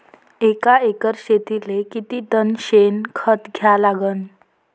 एका एकर शेतीले किती टन शेन खत द्या लागन?